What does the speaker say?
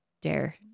dare